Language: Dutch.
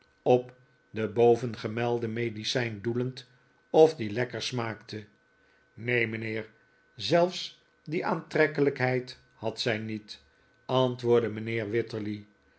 op de bovengemelde medicijn doelend of die lekker smaakte neen mijnheer zelfs die aantrekkelijkheid had zij niet antwoordde mijnheer wititterly